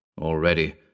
Already